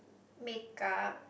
makeup